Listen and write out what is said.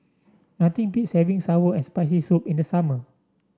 nothing beats having sour and Spicy Soup in the summer